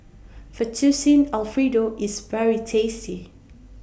Fettuccine Alfredo IS very tasty